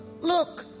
Look